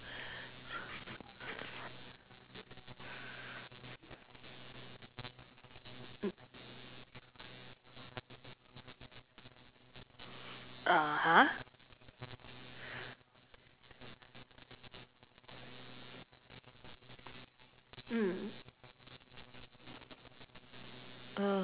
(uh huh) mm